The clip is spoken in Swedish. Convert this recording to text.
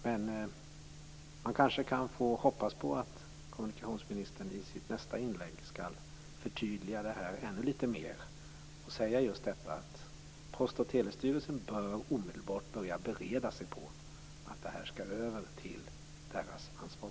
Men man kanske kan hoppas på att kommunikationsministern i sitt nästa inlägg förtydligar detta ännu litet mer och säger just att Post och telestyrelsen omedelbart bör börja bereda sig på att detta skall tas över och vara deras ansvar.